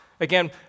Again